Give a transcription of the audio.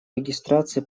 регистрации